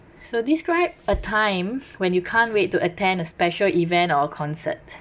so describe a time when you can't wait to attend a special event or a concert